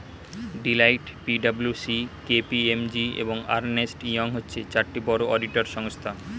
Deloitte, P W C, K P M G, এবং Ernst Young হচ্ছে চারটি বড় অডিটর সংস্থা